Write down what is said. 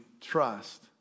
trust